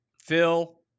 Phil